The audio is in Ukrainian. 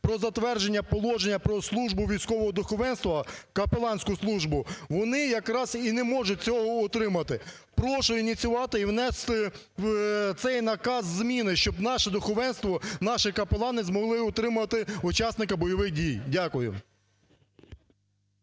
"Про затвердження Положення про службу військового духовенства (капеланську службу)" вони якраз і не можуть цього отримати. Прошу ініціювати і внести в цей наказ зміни, щоб наше духовенство, наші капелани змогли отримати учасника бойових дій. Дякую.